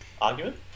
argument